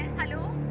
hello?